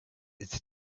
it’s